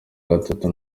gatatu